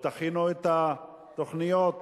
או "תכינו את התוכניות בישראל".